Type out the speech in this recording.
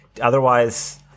otherwise